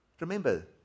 Remember